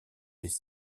des